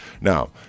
Now